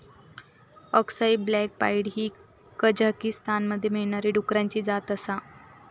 अक्साई black pied ही कझाकीस्तानमध्ये मिळणारी डुकराची जात आसा